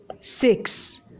six